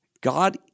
God